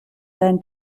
deinen